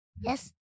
Yes